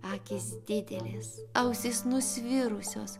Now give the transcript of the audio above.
akys didelės ausys nusvirusios